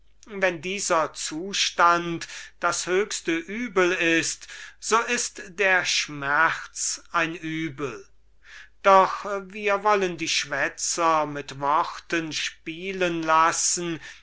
wenn dieser zustand das höchste übel ist so ist der schmerz ein übel doch wir wollen die schwätzer mit worten spielen lassen